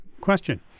question